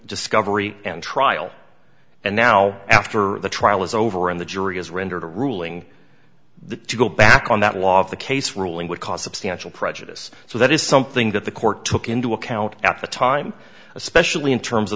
discovery and trial and now after the trial is over and the jury has rendered a ruling the to go back on that law of the case ruling would cause substantial prejudice so that is something that the court took into account at the time especially in terms of